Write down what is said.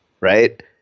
Right